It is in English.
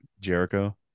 Jericho